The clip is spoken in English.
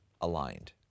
aligned